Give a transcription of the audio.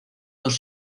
dos